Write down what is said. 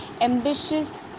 ambitious